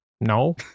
No